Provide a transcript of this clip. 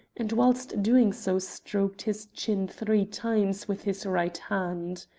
and whilst doing so stroked his chin three times with his right hand.